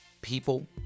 people